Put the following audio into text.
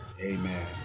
Amen